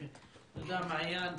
תודה מעיין.